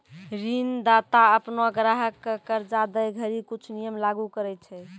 ऋणदाता अपनो ग्राहक क कर्जा दै घड़ी कुछ नियम लागू करय छै